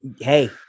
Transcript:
Hey